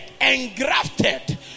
engrafted